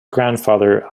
grandfather